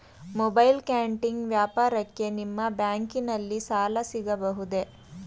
Mobile canteen ವ್ಯಾಪಾರಕ್ಕೆ ನಿಮ್ಮ ಬ್ಯಾಂಕಿನಲ್ಲಿ ಸಾಲ ಸಿಗಬಹುದೇ?